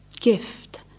gift